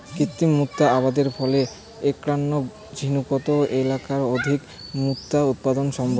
কৃত্রিম মুক্তা আবাদের ফলে এ্যাকনা ঝিনুকোত এ্যাকের অধিক মুক্তা উৎপাদন সম্ভব